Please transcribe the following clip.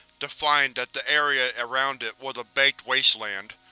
to find that the area around it was a baked wasteland.